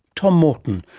tom morton,